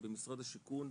במשרד השיכון,